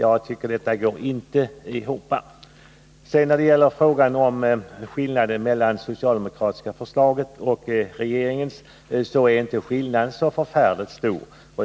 Jag tycker att detta inte går ihop. Beträffande skillnaden mellan det socialdemokratiska förslaget och regeringsförslaget vill jag säga att den skillnaden inte är så förfärligt stor.